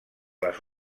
les